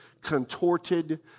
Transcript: contorted